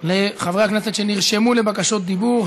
לחברי הכנסת שנרשמו לבקשות דיבור.